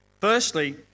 Firstly